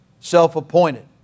self-appointed